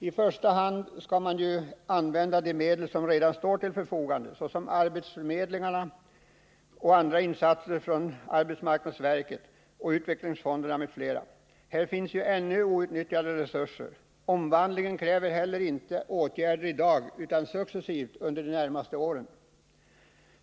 I första hand skall ju de medel som redan står till förfogande användas, såsom arbetsförmedlingarna, AMS och utvecklingsfonderna. Här finns det fortfarande outnyttjade resurser. Omvandlingen kräver inte heller åtgärder i dag utan successivt under de närmaste åren.